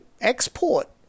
export